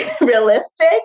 realistic